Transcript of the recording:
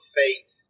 faith